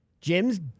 Jim's